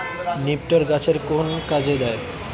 নিপটর গাছের কোন কাজে দেয়?